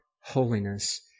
holiness